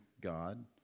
God